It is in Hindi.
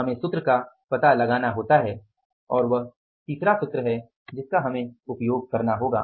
हमें सूत्र का पता लगाना होता है और वह तीसरा सूत्र है जिसका हमें उपयोग करना होगा